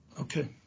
Okay